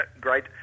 great